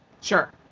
Sure